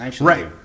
Right